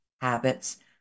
habits